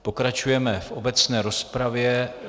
Pokračujeme v obecné rozpravě.